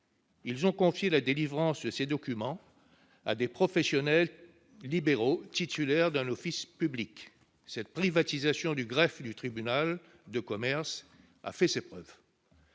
ils ont confié la délivrance de ces documents à des professionnels libéraux titulaires d'un office public. Cette privatisation du greffe du tribunal de commerce a fait ses preuves.